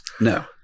No